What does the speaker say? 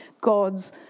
God's